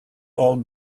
old